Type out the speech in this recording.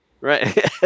right